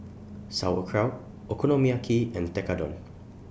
Sauerkraut Okonomiyaki and Tekkadon